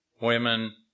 women